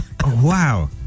wow